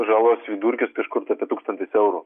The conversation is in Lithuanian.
žalos vidurkis kažkur tai apie tūkstantis eurų